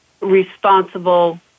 responsible